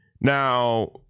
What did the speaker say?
Now